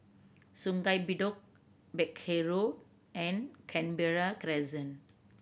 Sungei Bedok Peck Hay Road and Canberra Crescent